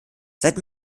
seit